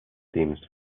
teams